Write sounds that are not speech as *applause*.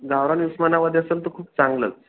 गावरान *unintelligible* मध्ये असेल तर खूप चांगलंच